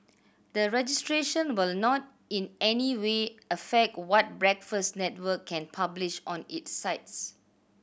the registration will not in any way affect what Breakfast Network can publish on its sites